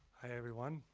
hi, everyone.